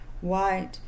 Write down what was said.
white